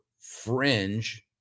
fringe